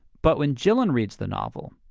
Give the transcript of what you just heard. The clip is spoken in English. but when gillen reads the novel,